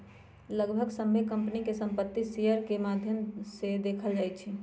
लगभग सभ्भे कम्पनी के संपत्ति शेयर के माद्धम से देखल जाई छई